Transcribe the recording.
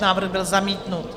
Návrh byl zamítnut.